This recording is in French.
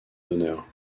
d’honneur